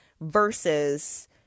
versus –